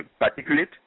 particulate